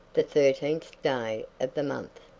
the thirteenth day of the month.